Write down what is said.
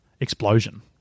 explosion